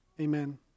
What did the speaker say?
Amen